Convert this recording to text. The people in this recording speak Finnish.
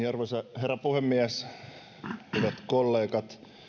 arvoisa herra puhemies hyvät kollegat